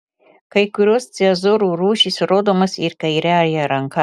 kai kurios cezūrų rūšys rodomos ir kairiąja ranka